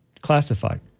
classified